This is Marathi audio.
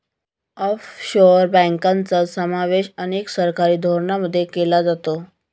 ऑफशोअर बँकांचा समावेश अनेक सरकारी धोरणांमध्ये केला जातो